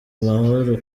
mahoro